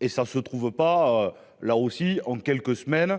Et ça se trouve pas là aussi en quelques semaines.